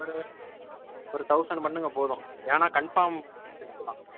ஒரு ஒரு தௌசண்ட் பண்ணுங்கள் போதும் ஏன்னா கன்பார்ம்மேஷனுக்கு தான்